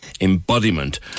embodiment